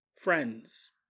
Friends